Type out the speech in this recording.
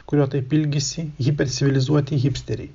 kurio taip ilgisi hipercivilizuoti hipsteriai